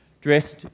dressed